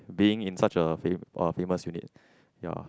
being in such a fam~ a famous unit ya